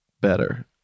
better